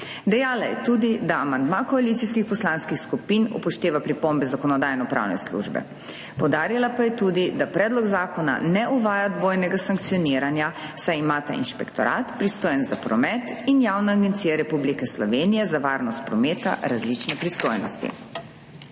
Dejala je tudi, da amandma koalicijskih poslanskih skupin upošteva pripombe Zakonodajno-pravne službe, poudarila pa je tudi, da predlog zakona ne uvaja dvojnega sankcioniranja, saj imata inšpektorat, pristojen za promet, in Javna agencija Republike Slovenije za varnost prometa različne pristojnosti.